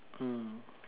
mm